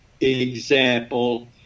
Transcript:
example